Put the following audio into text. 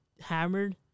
hammered